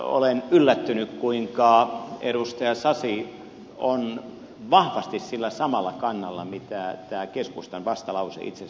olen yllättynyt kuinka edustaja sasi on vahvasti sillä samalla kannalla kuin tämä keskustan vastalause itse asiassa tässä on